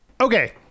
okay